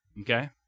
okay